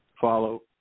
follow